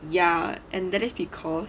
ya and that is because